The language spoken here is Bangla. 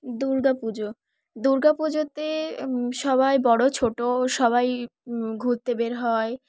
দুর্গা পুজো দুর্গা পুজোতে সবাই বড়ো ছোটো সবাই ঘুরতে বের হয়